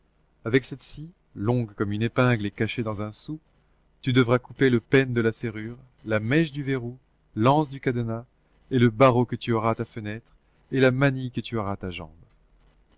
avec cette scie longue comme une épingle et cachée dans un sou tu devras couper le pêne de la serrure la mèche du verrou l'anse du cadenas et le barreau que tu auras à ta fenêtre et la manille que tu auras à ta jambe